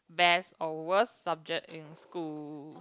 best or worst subject in school